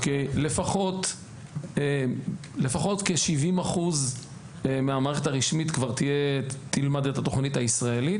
לפחות כ-70% מהמערכת הרשמית תלמד את התוכנית הישראלית,